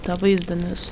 tą vaizdą nes